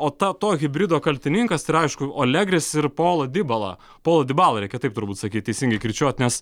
o ta to hibrido kaltininkas yra aišku alegris ir pola dibala pola dibala reikia taip turbūt sakyt teisingai kirčiuoti nes